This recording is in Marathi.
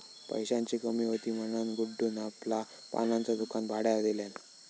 पैशाची कमी हुती म्हणान गुड्डून आपला पानांचा दुकान भाड्यार दिल्यान